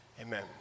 amen